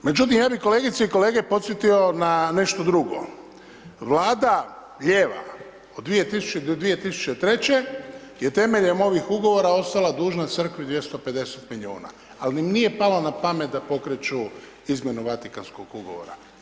Međutim, ja bi kolegice i kolege podsjetio na nešto drugo, Vlada lijeva od 2000. do 2003. je temeljem ovih ugovora ostala dužna crkvi 250 milijuna, al im nije palo na pamet da pokreću izmjenu Vatikanskog ugovora.